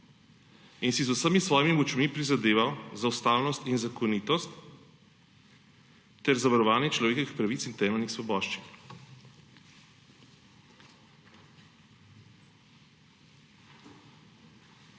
in si z vsemi svojimi močmi prizadeval za ustavnost in zakonitost ter za varovanje človekovih pravic in temeljnih svoboščin.